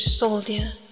Soldier